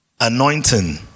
Anointing